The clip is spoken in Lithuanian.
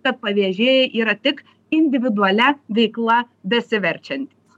kad pavėžėjai yra tik individualia veikla besiverčiantys